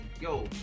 yo